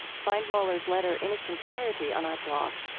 find mohler's letter in its entirety on our blog.